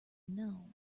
know